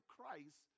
Christ